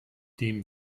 dem